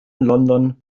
london